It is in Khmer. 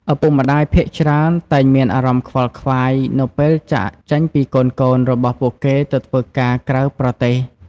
ឪពុកម្ដាយភាគច្រើនតែងមានអារម្មណ៍ខ្វល់ខ្វាយ នៅពេលចាកចេញពីកូនៗរបស់ពួកគេទៅធ្វើការក្រៅប្រទេស។